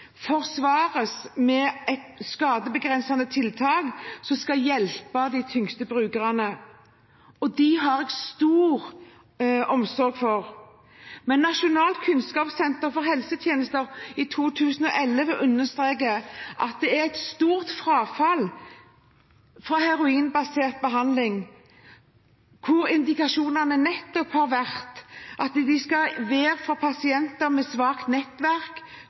forsvares med at det er et skadebegrensende tiltak som skal hjelpe de tyngste brukerne – jeg har stor omsorg for dem. Nasjonalt kunnskapssenter for helsetjenesten understreker i 2011 at det er et stort frafall fra heroinbasert behandling, hvor indikasjonene nettopp har vært at den skal være for pasienter med svakt nettverk,